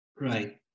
Right